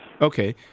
Okay